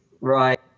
right